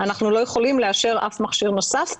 אנחנו לא יכולים לאשר אף מכשיר נוסף,